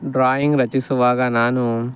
drawing ರಚಿಸುವಾಗ ನಾನು